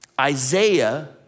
Isaiah